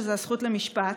שזאת הזכות למשפט.